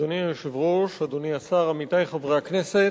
אדוני השר, עמיתי חברי הכנסת,